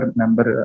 number